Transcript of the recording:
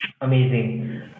amazing